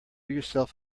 yourself